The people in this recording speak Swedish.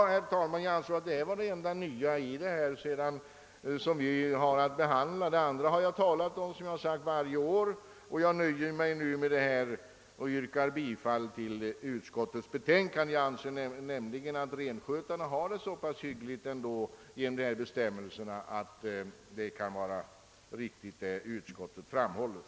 Herr talman! Jag anser att detta är det enda nya vi har att behandla i det här ärendet. Det övriga har jag talat om tidigare varje år. Jag nöjer mig nu med vad jag nyss sagt och yrkar bifall till utskottets betänkande. Jag anser nämligen att renskötarna genom de här bestämmelserna ändå har så pass hyggliga vill kor ait vad utskottet framhåller måste anses vara riktigt.